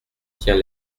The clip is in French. tient